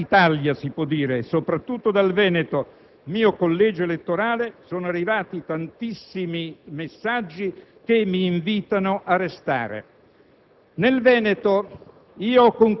da parte di ogni città di Italia, soprattutto dal Veneto, mio collegio elettorale, sono arrivati tantissimi messaggi che mi invitano a restare.